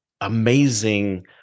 amazing